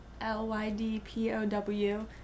L-Y-D-P-O-W